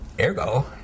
Ergo